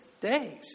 days